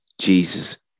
Jesus